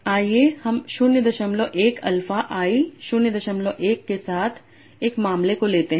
आइए हम 01 alpha i 01 के साथ एक मामले को लेते हैं